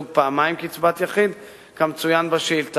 גם את חבר הכנסת מוץ מטלון וגם אותך,